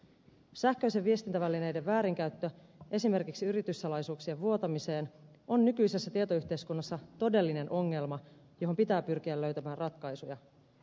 sähköisten viestintävälineiden väärinkäyttö esimerkiksi yrityssalaisuuksien vuotamiseen on nykyisessä tietoyhteiskunnassa todellinen ongelma johon pitää pyrkiä löytämään ratkaisuja